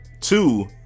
Two